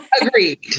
Agreed